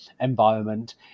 environment